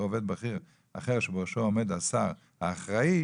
עובד בכיר אחר שבראשו עומד השר האחראי,